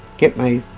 get my